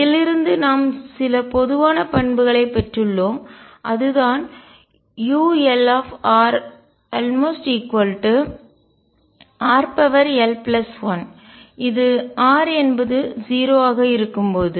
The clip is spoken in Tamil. இதிலிருந்து நாம் சில பொதுவான பண்புகளை பெற்றுள்ளோம் அதுதான் ulr〜rl1 இது r என்பது 0 ஆக இருக்கும் போது